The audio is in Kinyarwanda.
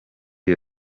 iyo